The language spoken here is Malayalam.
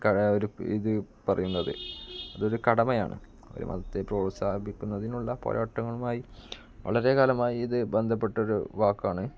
കരാ ഒരു ഇതു പറയുന്നത് അതൊരു കടമയാണ് ഒരു മതത്തെ പ്രോത്സാഹിപ്പിക്കുന്നതിനുള്ള പോരാട്ടങ്ങളുമായി വളരെ കാലമായിത് ബന്ധപ്പെട്ടൊരു വാക്കാണ്